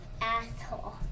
Asshole